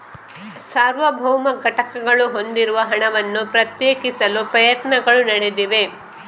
ಸಾರ್ವಭೌಮ ಘಟಕಗಳು ಹೊಂದಿರುವ ಹಣವನ್ನು ಪ್ರತ್ಯೇಕಿಸಲು ಪ್ರಯತ್ನಗಳು ನಡೆದಿವೆ